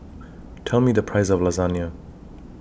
Tell Me The Price of Lasagna